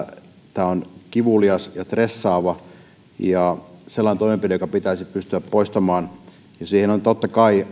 tämä on kivulias ja stressaava toimenpide joka pitäisi pystyä poistamaan siitä on alakin totta kai